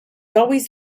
always